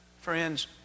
Friends